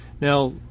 Now